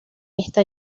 esta